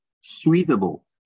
suitable